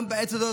גם בעת הזאת,